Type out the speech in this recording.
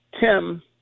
Tim